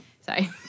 sorry